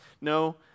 No